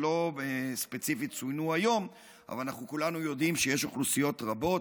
שלא צוינו היום ספציפית אבל אנחנו כולנו יודעים שיש אוכלוסיות רבות,